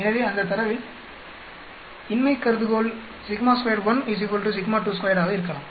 எனவே அந்தத் தரவில் இன்மை கருதுகோள் σ21 σ22 ஆக இருக்கலாம்